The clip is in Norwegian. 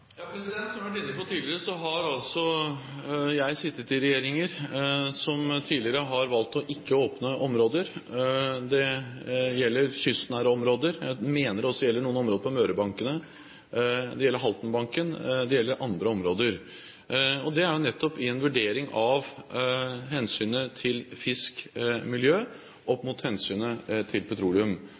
Som jeg har vært inne på tidligere, har jeg sittet i regjeringer som tidligere har valgt å ikke åpne områder. Det gjelder kystnære områder – jeg mener det også gjelder noen områder på Mørebankene. Det gjelder Haltenbanken, og det gjelder andre områder. Det er jo nettopp i en vurdering av hensynet til fisk og miljø opp mot hensynet til petroleum.